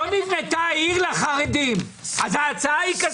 לא נבנתה עיר לחרדים אז ההצעה היא כסיף.